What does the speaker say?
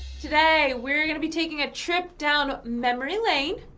today, we're gonna be taking a trip down memory lane.